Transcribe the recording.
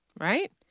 right